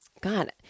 God